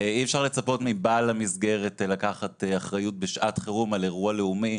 אי-אפשר לצפות מבעל המסגרת לקחת אחריות בשעת חירום על אירוע לאומי.